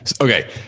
Okay